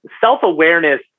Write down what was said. self-awareness